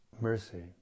mercy